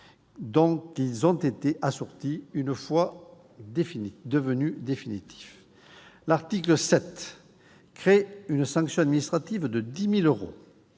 dont ils ont été assortis, une fois devenus définitifs. L'article 7 crée une sanction administrative de 10 000 euros